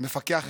מפקח אחד.